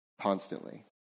constantly